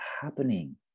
happening